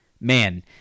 man